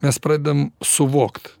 mes pradedam suvokt